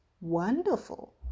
wonderful